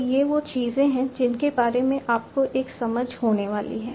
तो ये वो चीजें हैं जिनके बारे में आपको एक समझ होने वाली है